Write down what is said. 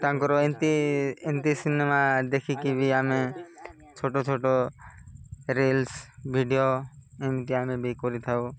ତାଙ୍କର ଏମତି ଏମତି ସିନେମା ଦେଖିକି ବି ଆମେ ଛୋଟ ଛୋଟ ରିଲ୍ସ ଭିଡ଼ିଓ ଏମିତି ଆମେ ବି କରିଥାଉ